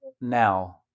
now